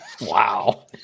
Wow